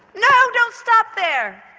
no, don't stop there,